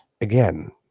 again